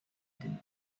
din